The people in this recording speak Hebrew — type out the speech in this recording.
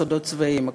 סודות צבאיים,